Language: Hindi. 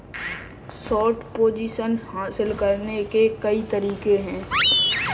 शॉर्ट पोजीशन हासिल करने के कई तरीके हैं